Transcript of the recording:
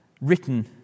written